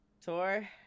tour